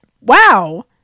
wow